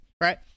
Right